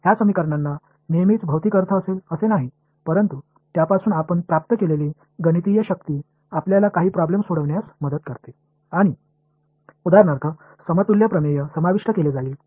அந்த சமன்பாடுகள் எப்போதுமே பிஸிக்கல் பொருளைக் கொண்டிருக்கவில்லை ஆனால் அதிலிருந்து நாம் பெறும் கணித சக்தி சில சிக்கல்களைத் தீர்க்க உதவுகிறது மேலும் இது எடுத்துக்காட்டாக இகுவெளன்ஸ் கோட்பாடுகளில் செய்யப்படும்